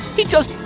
he just.